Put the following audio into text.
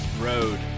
road